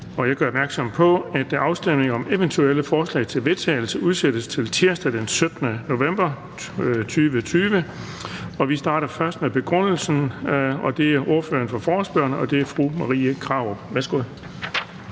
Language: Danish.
Jeg gør opmærksom på, at afstemning om eventuelle forslag til vedtagelse udsættes til tirsdag den 17. november 2020. Vi starter med begrundelsen, og det er ordføreren for forespørgerne, fru Marie Krarup. Værsgo.